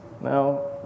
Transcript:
Now